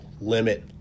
limit